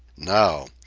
now,